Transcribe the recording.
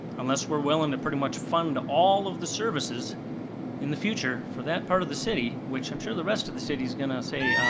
unless we're willing to pretty much fund all of the services in the future for that part of the city, which i'm sure the rest of the city's gonna say,